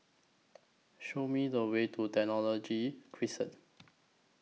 Show Me The Way to Technology Crescent